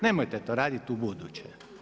Nemojte to raditi ubuduće.